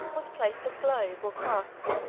was placed a globe or cross,